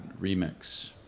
remix